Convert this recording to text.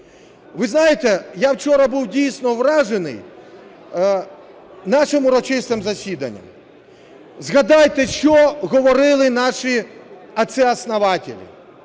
Ви знаєте, я вчора був дійсно вражений нашим урочистим засіданням. Згадайте, що говорили наші отцы-основатели.